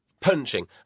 punching